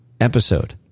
episode